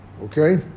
Okay